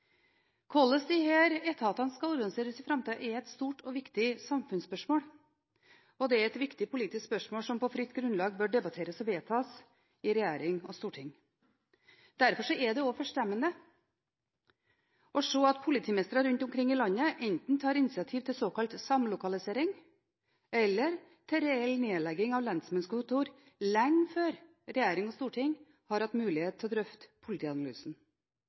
Hvordan disse etatene skal organisere seg i framtida, er et stort og viktig samfunnsspørsmål, og det er et viktig politisk spørsmål som på fritt grunnlag bør debatteres og vedtas i regjering og storting. Derfor er det også forstemmende å se at politimestere rundt omkring i landet enten tar initiativ til såkalt samlokalisering eller til reell nedlegging av lensmannskontor lenge før regjering og storting har hatt muligheten til å drøfte politianalysen.